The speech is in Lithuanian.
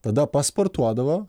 tada pasportuodavo